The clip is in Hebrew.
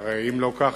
כי הרי אם לא כך,